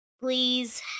please